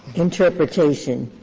interpretation,